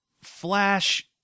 flash